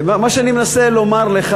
מה שאני מנסה לומר לך,